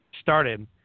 started